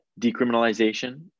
decriminalization